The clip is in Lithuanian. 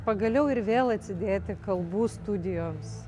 pagaliau ir vėl atsidėti kalbų studijoms